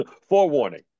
Forewarning